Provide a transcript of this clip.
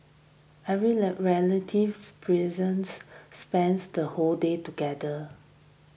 every relative present spends the whole day together